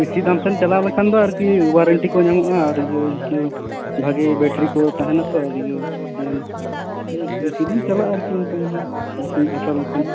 ᱵᱮᱥᱤ ᱫᱟᱢ ᱥᱮᱱ ᱪᱟᱞᱟᱣ ᱞᱮᱱ ᱠᱷᱟᱱ ᱫᱚ ᱟᱨᱠᱤ ᱳᱣᱟᱨᱮᱱᱴᱤ ᱠᱚ ᱧᱟᱢᱚᱜᱼᱟ ᱟᱨ ᱤᱭᱟᱹ ᱵᱷᱟᱜᱮ ᱵᱮᱴᱟᱨᱤ ᱠᱚ ᱛᱟᱦᱮᱱᱟᱛᱚ ᱟᱨ ᱤᱭᱟᱹ ᱵᱤᱥᱤᱫᱤᱱ ᱪᱟᱞᱟᱜᱼᱟ ᱟᱨᱠᱤ ᱚᱱᱠᱟᱱᱟᱜ ᱦᱟᱛᱟᱣ ᱞᱮᱠᱷᱟᱱ